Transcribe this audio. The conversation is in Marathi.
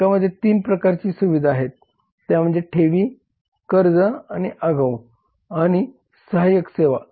बँकांमध्ये 3 प्रकारची सुविधा आहेत त्या म्हणजे ठेवी कर्ज आणि आगाऊ आणि सहाय्यक सेवा